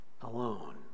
alone